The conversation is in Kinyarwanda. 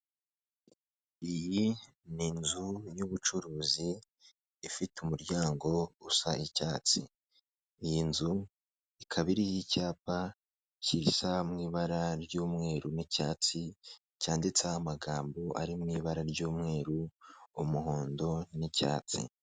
Iyi ni inzu y'ubucuruzi, ifite umuryango usa icyatsi, iyi inzu ikaba y'icyapa cy'isa mu ibara ry'umweru n'icyatsi cyanditseho amagambo ari mu ibara ry'umweru, umuhondo n'icyatsi.